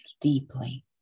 deeply